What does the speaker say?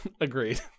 Agreed